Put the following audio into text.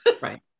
Right